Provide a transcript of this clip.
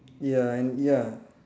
ya and ya